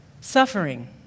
Suffering